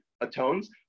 atones